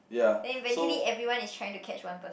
then eventually everyone is trying to catch one person